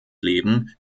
leben